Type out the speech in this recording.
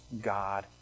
God